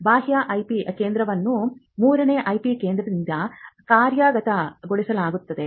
ಬಾಹ್ಯ ಐಪಿ ಕೇಂದ್ರವನ್ನು ಮೂರನೇ ವ್ಯಕ್ತಿಯಿಂದ ಕಾರ್ಯಗತಗೊಳಿಸಲಾಗುತ್ತದೆ